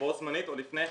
בו זמנית או לפני כן,